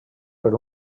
per